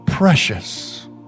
Precious